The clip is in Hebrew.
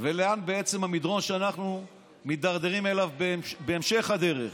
ולאן בעצם המדרון שאנחנו מידרדרים אליו בהמשך הדרך.